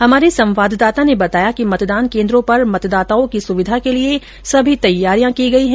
हमारे संवाददाता ने बताया कि मतदान केन्द्रों पर मतदाताओं की सुविधा के लिए सभी तैयारियां की गई है